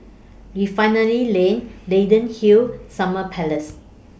Refinery Lane Leyden Hill Summer Palace